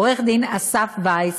עורך-דין אסף וייס,